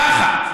ככה.